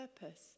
purpose